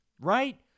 right